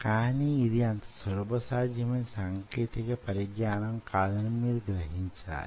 కానీ ఇది అంత సులభసాధ్యమైన సాంకేతిక పరిజ్ఞానం కాదని మీరు గ్రహించాలి